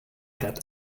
that